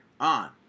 On